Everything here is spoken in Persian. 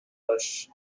هاش